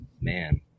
Man